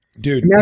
Dude